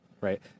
right